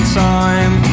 time